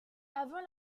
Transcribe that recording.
avant